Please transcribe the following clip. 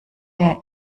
der